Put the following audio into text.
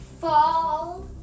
fall